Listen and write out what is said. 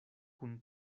kun